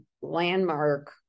landmark